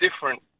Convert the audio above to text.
Different